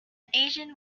asian